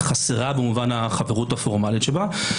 חסרה במובן החברות הפורמלית שבה.